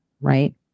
right